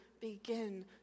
begin